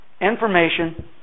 information